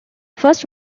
first